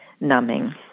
numbing